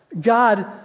God